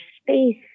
space